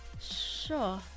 Sure